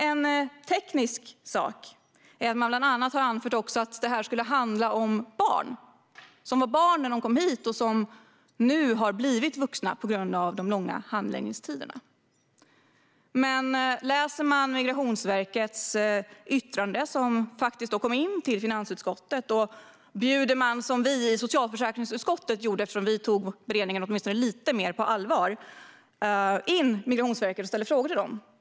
En teknisk sak är att man bland annat har anfört att det skulle handla om personer som var barn när de kom hit och som nu har blivit vuxna på grund av de långa handläggningstiderna. Men man kan läsa Migrationsverkets yttrande som faktiskt kom till finansutskottet. Och vi i socialförsäkringsutskottet bjöd in Migrationsverket och ställde frågor till dem, eftersom vi tog beredningen åtminstone lite mer på allvar.